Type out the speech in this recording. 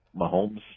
Mahomes